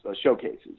showcases